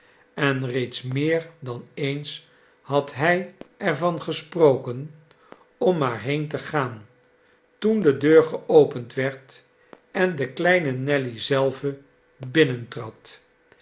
en reeds meer dan eens had hij er van gesproken om maar heen te gaan toen de deur geopend werd en de kleine nelly zelve